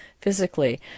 physically